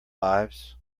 lives